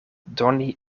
doni